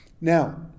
now